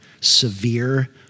severe